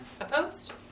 Opposed